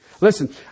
Listen